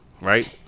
right